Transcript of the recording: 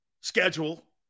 schedule